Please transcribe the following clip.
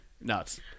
Nuts